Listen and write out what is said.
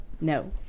No